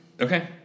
Okay